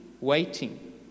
Waiting